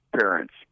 parents